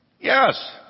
Yes